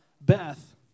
Beth